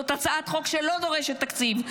זאת הצעת חוק שלא דורשת תקציב.